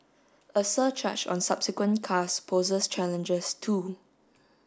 a surcharge on subsequent cars poses challenges too